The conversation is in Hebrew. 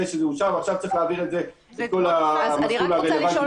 שזה אושר ועכשיו צריך להעביר את זה את המסלול הרלוונטי.